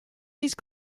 these